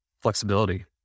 flexibility